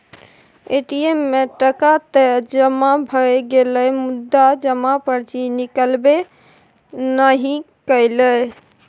ATM मे टका तए जमा भए गेलै मुदा जमा पर्ची निकलबै नहि कएलै